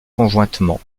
conjointement